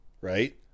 right